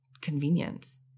convenience